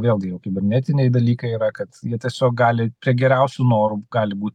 vėlgi jau kibernetiniai dalykai yra kad jie tiesiog gali prie geriausių norų gali būt